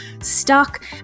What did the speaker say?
stuck